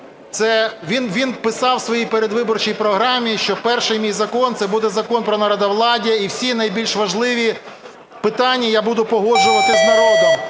він писав в своїй передвиборчій програмі, що перший мій закон це буде Закон про народовладдя, і всі найбільш важливі питання я буду погоджувати з народом.